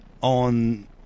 on